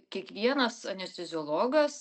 kiekvienas anesteziologas